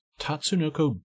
Tatsunoko